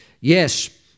Yes